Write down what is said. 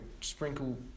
sprinkle